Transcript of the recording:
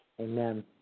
Amen